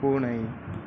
பூனை